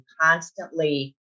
constantly